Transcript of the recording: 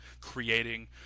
creating